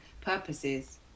purposes